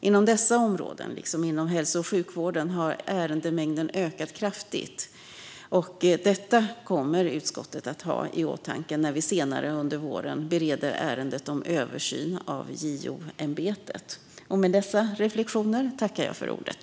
Inom dessa områden, liksom inom hälso och sjukvården, har ärendemängden ökat kraftigt. Detta kommer utskottet att ha i åtanke när vi senare under våren bereder ärendet om översyn av JO-ämbetet.